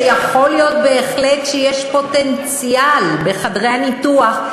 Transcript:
שיכול להיות בהחלט שיש פוטנציאל בחדרי הניתוח,